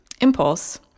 impulse